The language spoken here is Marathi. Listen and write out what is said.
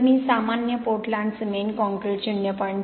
जर मी सामान्य पोर्टलँड सिमेंट काँक्रीट 0